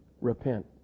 Repent